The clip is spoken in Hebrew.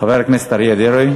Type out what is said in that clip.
חבר הכנסת אריה דרעי.